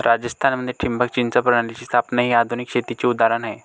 राजस्थान मध्ये ठिबक सिंचन प्रणालीची स्थापना हे आधुनिक शेतीचे उदाहरण आहे